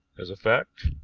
as a fact,